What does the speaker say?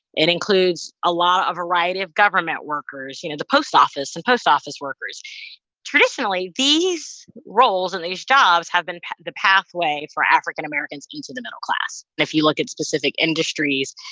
it includes a lot a variety of government workers, you know the post office, the and post office workers traditionally, these roles and these jobs have been the pathway for african americans into the middle class. and if you look at specific industries,